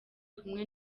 kumwe